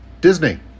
Disney